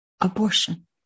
Abortion